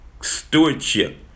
stewardship